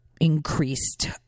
increased